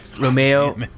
Romeo